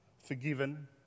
Forgiven